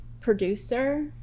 producer